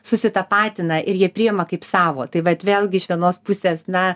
susitapatina ir jie priima kaip savo tai vat vėlgi iš vienos pusės na